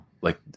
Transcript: Like-